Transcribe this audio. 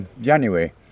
January